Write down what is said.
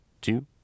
two